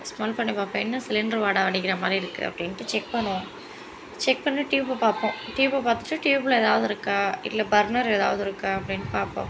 smell பண்ணி பார்ப்பேன் என்ன சிலிண்ட்ரு வாடை அடிக்கிறமாதிரி இருக்குது அப்படின்ட்டு செக் பண்ணுவோம் செக் பண்ணி ட்யூபை பார்ப்போம் ட்யூப் பார்த்துட்டு ட்யூப்பில் ஏதாவது இருக்கா இல்லை பர்னர் ஏதாவது இருக்கா அப்படின்னு பார்ப்போம்